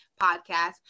podcast